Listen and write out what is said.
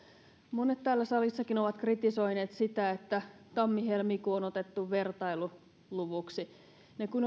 monet täällä salissakin ovat kritisoineet sitä että tammi helmikuu on otettu vertailuluvuksi ne kun